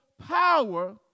power